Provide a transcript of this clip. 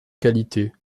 qualités